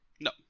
No